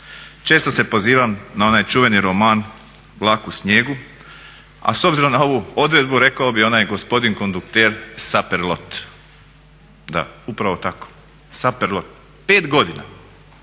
Često se pozivam na onaj čuveni roman Vlak u snijegu, a s obzirom na ovu odredbu rekao bi onaj gospodin kondukter Saperlot, da upravo tako, Saperlog. 5 godina